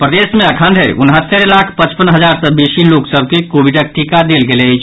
प्रदेश मे अखन धरि उनहत्तरि लाख पचपन हजार सँ बेसी लोक सभ के कोविडक टीका देल गेल अछि